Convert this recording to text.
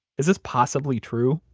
is this possibly true?